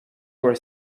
were